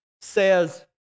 says